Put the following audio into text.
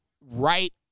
right